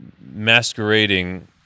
Masquerading